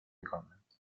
کنند